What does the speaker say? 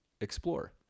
explore